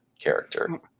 character